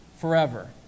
forever